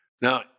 Now